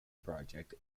project